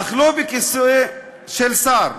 אך לא בכיסא של שר.